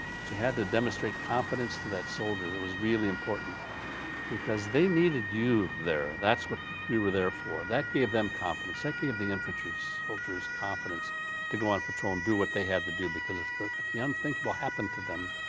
but you had to demonstrate confidence to that soldier that was really important because they needed you there, that's what we were there for, that gave them confidence, i gave the infantry soldiers confidence to go on patrol and do what they had to do because if if the unthinkable happened to them,